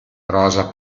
rosa